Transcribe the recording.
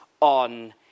on